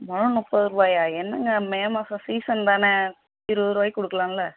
முழம் முப்பது ருபாயா என்னங்க மே மாதம் சீசன் தானே இருபது ருபாய்க்கு கொடுக்கலாம்ல